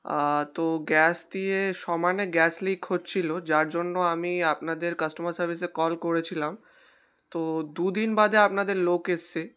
তো গ্যাস দিয়ে সমানে গ্যাস লিক হচ্ছিলো যার জন্য আমি আপনাদের কাস্টমার সার্ভিসে কল করেছিলাম তো দু দিন বাদে আপনাদের লোক এসছে